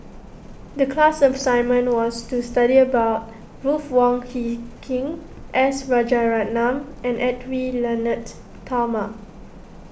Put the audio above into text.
the class assignment was to study about Ruth Wong Hie King S Rajaratnam and Edwy Lyonet Talma